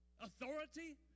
Authority